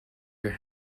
your